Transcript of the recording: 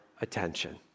attention